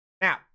Now